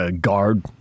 Guard